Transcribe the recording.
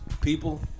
people